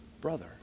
brother